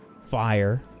fire